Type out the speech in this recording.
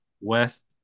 west